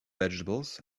vegetables